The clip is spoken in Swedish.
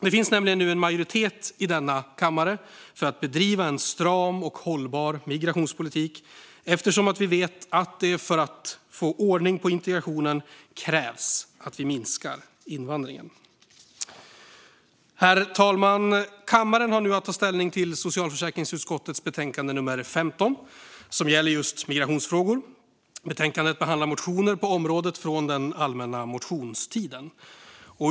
Det finns nu en majoritet i denna kammare för att bedriva en stram och hållbar migrationspolitik eftersom vi vet att det för att få ordning på integrationen krävs att vi minskar invandringen. Herr talman! Kammaren har nu att ta ställning till socialförsäkringsutskottets betänkande nummer 15, som gäller just migrationsfrågor. Betänkandet behandlar motioner på området från den allmänna motionstiden.